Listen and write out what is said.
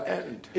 end